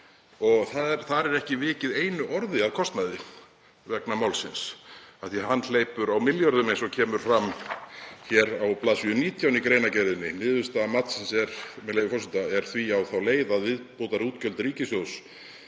og þar er ekki vikið einu orði að kostnaði vegna málsins af því að hann hleypur á milljörðum, eins og kemur fram á bls. 19 í greinargerðinni. „Niðurstaða matsins er því á þá leið að viðbótarútgjöld ríkissjóðs